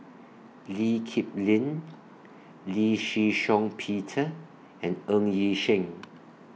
Lee Kip Lin Lee Shih Shiong Peter and Ng Yi Sheng